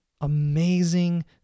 amazing